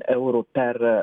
eurų per